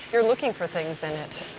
you're looking for things in it.